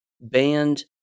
band